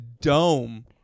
dome